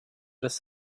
das